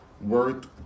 worth